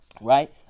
right